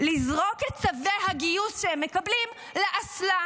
לזרוק את צווי הגיוס שהם מקבלים לאסלה.